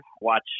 watch